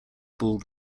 bald